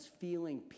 feeling